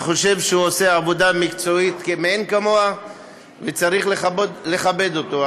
אני חושב שהוא עושה עבודה מקצועית מאין כמוה וצריך לכבד אותו.